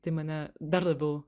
tai mane dar labiau